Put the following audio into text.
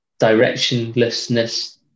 directionlessness